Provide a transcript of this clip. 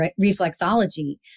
reflexology